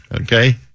okay